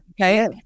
Okay